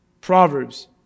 Proverbs